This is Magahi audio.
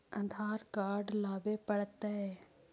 आधार कार्ड लाबे पड़तै?